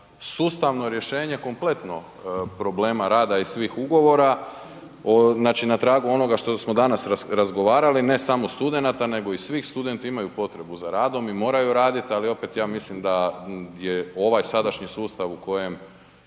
sustavno rješenje kompletno problema rada i svih ugovora. Znači na tragu onoga što smo danas razgovarali, ne samo studenata nego i svi studenti imaju potrebu za radom i moraju raditi, ali opet ja mislim da je ovaj sadašnji sustav u kojem,